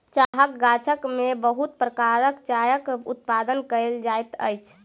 चाहक गाछी में बहुत प्रकारक चायक उत्पादन कयल जाइत अछि